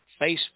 Facebook